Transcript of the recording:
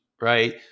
right